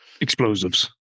Explosives